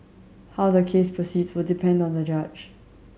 how the case proceeds will depend on the judge